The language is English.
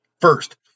First